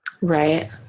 Right